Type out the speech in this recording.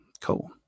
Cool